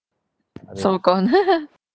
so gone